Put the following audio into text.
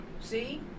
See